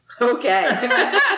Okay